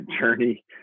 journey